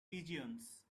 pigeons